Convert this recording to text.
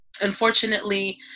Unfortunately